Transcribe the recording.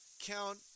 count